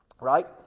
right